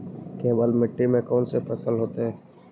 केवल मिट्टी में कौन से फसल होतै?